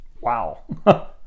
Wow